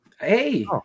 hey